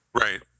Right